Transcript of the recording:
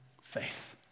faith